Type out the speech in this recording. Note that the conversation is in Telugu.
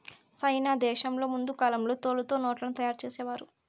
సైనా దేశంలో ముందు కాలంలో తోలుతో నోట్లను తయారు చేసేవారు